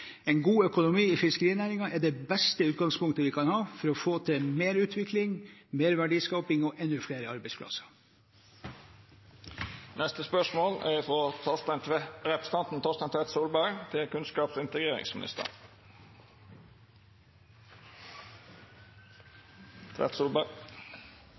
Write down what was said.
god økonomi i fiskerinæringen er det beste utgangspunktet vi kan ha for å få til mer utvikling, mer verdiskaping og